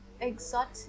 Exotic